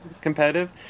Competitive